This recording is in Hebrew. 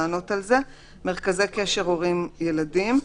מרכזי קשר הורים-ילדים.